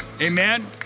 Amen